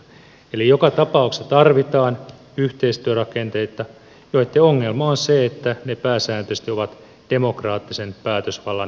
eli joka tapauksessa tarvitaan yhteistyörakenteita joitten ongelma on se että ne pääsääntöisesti ovat demokraattisen päätösvallan ulottumattomissa niin monella tavalla